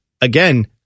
Again